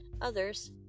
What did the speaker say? others